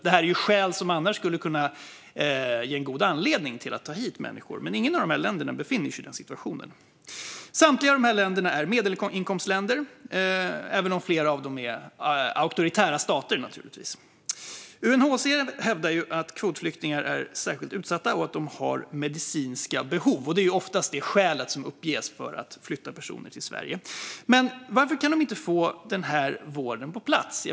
Detta är skäl som annars skulle kunna vara en god anledning till att ta hit människor, men inget av de länderna befinner sig i den situationen. Samtliga är medelinkomstländer, även om flera är auktoritära stater. UNHCR hävdar att kvotflyktingar är särskilt utsatta och har medicinska behov. Det är ofta det skäl som uppges för att flytta personer till Sverige. Men varför kan de inte få denna vård på plats?